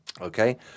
Okay